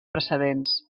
precedents